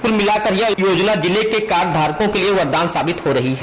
कुल मिलाकर यह योजना जिले के कार्ड धारकों के लिए वरदान साबित हो रहा है